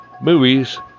movies